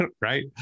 right